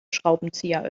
schraubenzieher